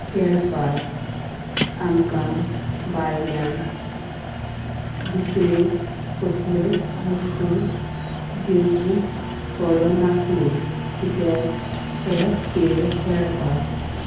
खेळपाक आमकां बायल्यान विक्रेत कसल्योच वस्तू घेवंक पडनासल्यो कित्याक हे खेळ खेळपाक